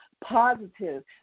positive